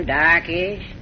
darkish